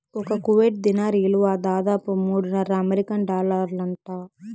ఒక్క కువైట్ దీనార్ ఇలువ దాదాపు మూడున్నర అమెరికన్ డాలర్లంట